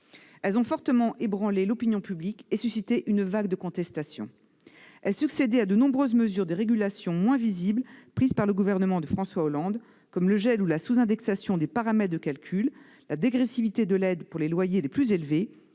Elles ont fortement ébranlé l'opinion publique et suscité une vague de contestation. Elles succédaient à de nombreuses mesures de régulation, moins visibles, prises par le gouvernement de François Hollande, comme le gel ou la sous-indexation des paramètres de calcul, la dégressivité de l'aide pour les loyers les plus élevés,